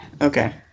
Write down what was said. Okay